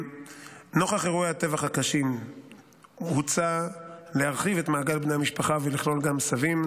נוכח אירועי הטבח הקשים הוצע להרחיב את מעגל בני המשפחה ולכלול גם סבים,